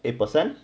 eight percent